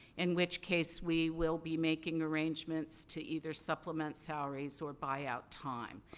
in which case, we will be making arrangements to either supplement salaries or buy out time.